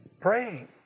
Praying